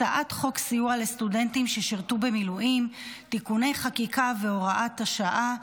הצעת חוק סיוע לסטודנטים ששירתו במילואים (תיקוני חקיקה והוראת שעה),